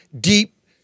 deep